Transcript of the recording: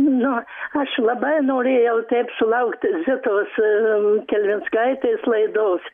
nu aš labai norėjau taip sulaukti zitos kelmickaitės laidos